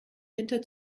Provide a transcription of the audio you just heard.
winter